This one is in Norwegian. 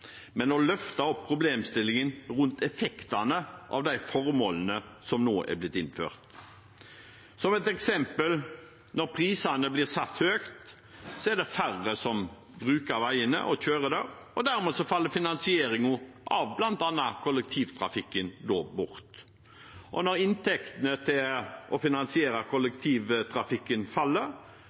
men å løfte opp problemstillingen rundt effektene av de formålene som nå er blitt innført. Som et eksempel: Når prisene blir satt høyt, er det færre som bruker veiene og kjører der, og dermed faller finansieringen av bl.a. kollektivtrafikken bort. Når inntektene for å finansiere kollektivtrafikken faller,